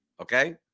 Okay